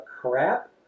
crap